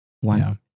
one